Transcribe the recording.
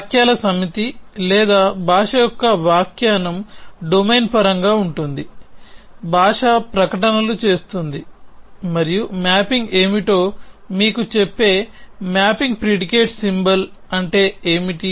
వాక్యాల సమితి లేదా భాష యొక్క వ్యాఖ్యానం డొమైన్ పరంగా ఉంటుంది భాష ప్రకటనలు చేస్తుంది మరియు మ్యాపింగ్ ఏమిటో మీకు చెప్పే మ్యాపింగ్ ప్రిడికేట్ సింబల్ అంటే ఏమిటి